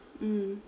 mm